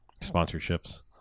sponsorships